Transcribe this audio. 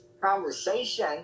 conversation